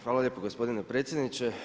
Hvala lijepo gospodine predsjedniče.